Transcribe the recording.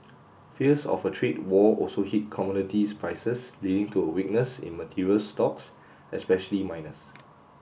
fears of a trade war also hit commodities prices leading to a weakness in materials stocks especially miners